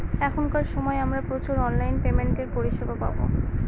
এখনকার সময় আমরা প্রচুর অনলাইন পেমেন্টের পরিষেবা পাবো